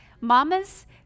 Mamas